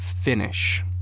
finish